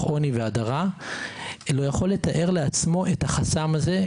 עוני והדרה לא יכול לתאר לעצמו את החסם הזה.